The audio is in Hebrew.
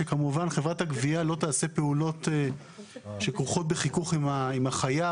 שחברת הגבייה לא תעשה פעולות שכרוכות בחיכוך עם החייב,